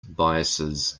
biases